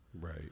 Right